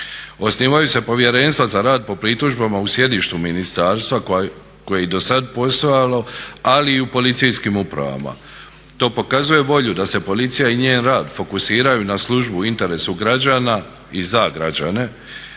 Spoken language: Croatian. Osnivaju se povjerenstva za rad po pritužbama u sjedištu ministarstva koje je i do sad postojalo, ali i u policijskim upravama. To pokazuje volju da se policija i njen rad fokusiraju na službu u interesu građana i za građane,